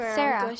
Sarah